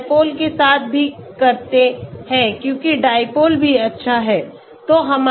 हम dipole के साथ भी करते हैं क्योंकि dipole भी अच्छा है